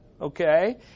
okay